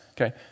Okay